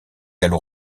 gallo